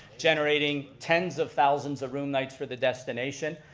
generating ten s of thousands of room nights for the destination.